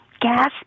gas